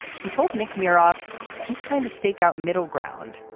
he told nick muir off he's trying to stake out middle ground.